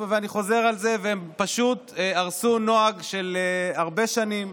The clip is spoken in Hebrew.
אני חוזר על זה: הם פשוט הרסו נוהג של הרבה שנים,